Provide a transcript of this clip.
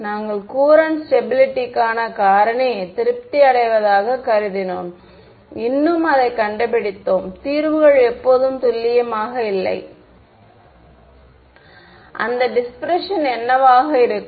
நாங்கள் கூரண்ட் ஸ்டெபிளிட்டிக்கான காரணி திருப்தி அடைவதாக கருதினோம் இன்னும் அதைக் கண்டுபிடித்தோம் தீர்வுகள் எப்போதும் துல்லியமாக இல்லை அந்த டிஸ்பிரஷன் என்னவாக இருக்கும்